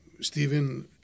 Stephen